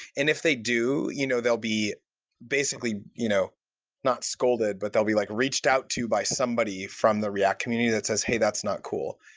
and if they do, you know they'll be basically, you know not scolded, but they'll be like reached out to by somebody from the react community that says, hey, that's not cool.